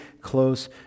close